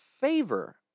favor